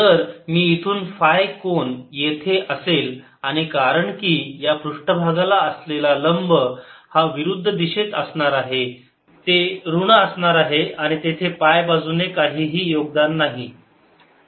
जर मी इथून फाय कोन येथे असेल आणि कारण की या पृष्ठभागाला असलेला लंब हा विरुद्ध दिशेत असणार आहे ते ऋण असणार आहे आणि तेथे पाय बाजूने काहीही योगदान नाही